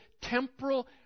temporal